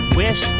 wish